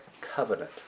Covenant